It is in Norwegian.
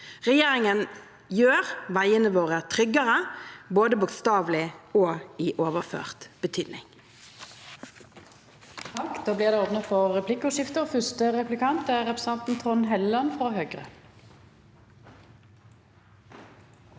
Regjeringen gjør veiene våre tryggere, både bokstavelig og i overført betydning.